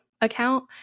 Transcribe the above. account